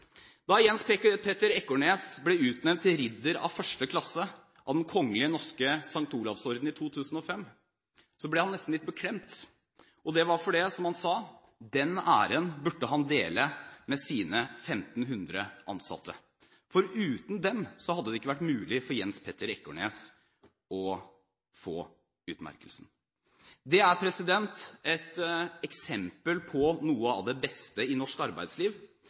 Da Jens Petter Ekornes ble utnevnt til ridder av 1. klasse av Den Kongelige Norske St. Olavs orden i 2005, ble han nesten litt beklemt, og det var fordi – som han sa – den æren burde han dele med sine 1 500 ansatte, for uten dem hadde det ikke vært mulig for Jens Petter Ekornes å få utmerkelsen. Det er et eksempel på noe av det beste i norsk arbeidsliv,